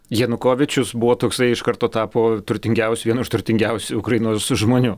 janukovyčius buvo toksai iš karto tapo turtingiausiu vienu iš turtingiausių ukrainos žmonių